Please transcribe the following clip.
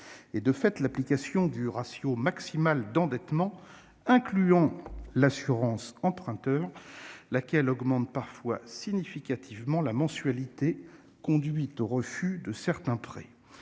De fait, l'application du ratio maximal d'endettement, qui inclut l'assurance emprunteur, augmente parfois significativement la mensualité et conduit au refus de certains prêts.